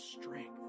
strength